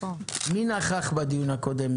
מי נכח בדיון הקודם?